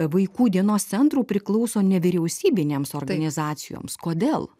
vaikų dienos centrų priklauso nevyriausybinėms organizacijoms kodėl